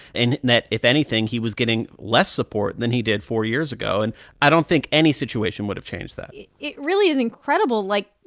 and that, if anything, he was getting less support than he did four years ago. and i don't think any situation would have changed that it really is incredible. like,